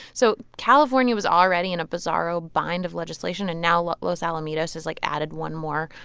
so california was already in a bizarro bind of legislation. and now los los alamitos has, like, added one more.